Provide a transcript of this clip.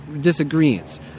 disagreements